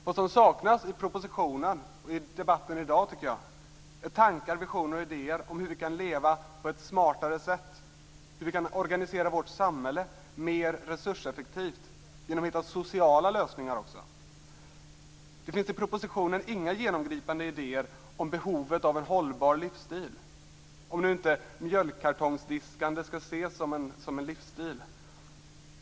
Vad som saknas i propositionen och i debatten i dag, tycker jag, är tankar, visioner och idéer om hur vi kan leva på ett smartare sätt och om hur vi kan organisera vårt samhälle mer resurseffektivt genom att också hitta sociala lösningar. Det finns i propositionen inga genomgripande idéer om behovet av en hållbar livsstil - om nu inte mjölkkartongsdiskande skall ses som en livsstil.